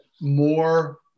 more